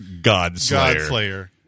Godslayer